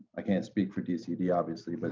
i can't speak for dcd obviously, but